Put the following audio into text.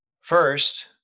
First